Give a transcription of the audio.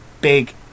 big